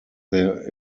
there